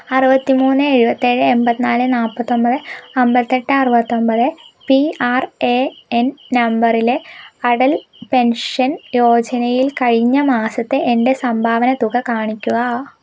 അറുപത്തിമൂന്ന് എഴുപത്തേഴ് എൺപത്തിനാല് നാല്പത്തൊമ്പത് അമ്പത്തെട്ട് അറുപത്തൊമ്പത് പി ആർ എ എൻ നമ്പറിലെ അടൽ പെൻഷൻ യോജനയിൽ കഴിഞ്ഞ മാസത്തെ എൻ്റെ സംഭാവന തുക കാണിക്കുക